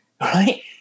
right